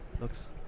Looks